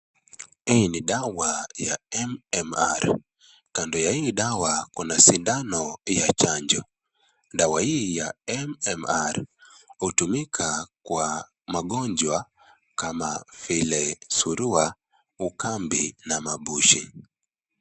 Hii ni dawa ya MMR. Kando ya hii dawa Kuna sindano ya chajo. Dawa hii ya MMR hutumika kwa magojwa kama vile surua , ukambi na mabushi.